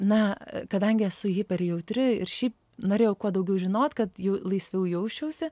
na kadangi esu hiper jautri ir šiaip norėjau kuo daugiau žinot kad jau laisviau jausčiausi